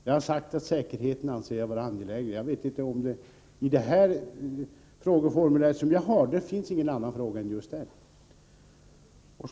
Jag har sagt att jag anser säkerheten vara angelägnare. Jag har inte fått någon annan fråga än just denna.